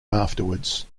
afterwards